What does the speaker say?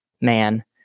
man